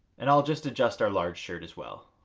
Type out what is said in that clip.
and i'll just adjust our large shirt as well.